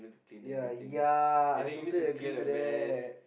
ya ya I totally agree to that